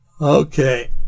Okay